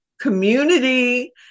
community